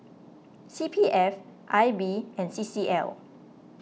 C P F I B and C C L